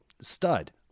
stud